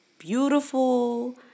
beautiful